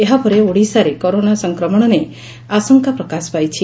ଏହା ପରେ ଓଡିଶାରେ କରୋନା ସଂକ୍ରମଣ ନେଇ ଆଶଙ୍କାପ୍ରକାଶ ପାଇଛି